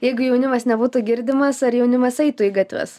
jeigu jaunimas nebūtų girdimas ar jaunimas eitų į gatves